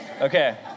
Okay